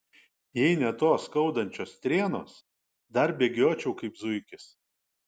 jei ne tos skaudančios strėnos dar bėgiočiau kaip zuikis